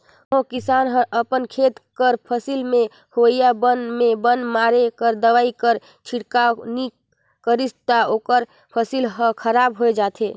कहों किसान हर अपन खेत कर फसिल में होवइया बन में बन मारे कर दवई कर छिड़काव नी करिस ता ओकर फसिल हर खराब होए जाथे